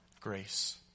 grace